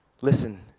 listen